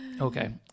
Okay